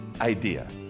idea